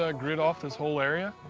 ah grid off this whole area,